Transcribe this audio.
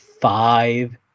five